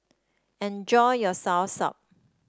enjoy your Soursop